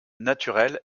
naturelle